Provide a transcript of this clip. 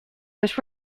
was